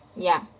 ya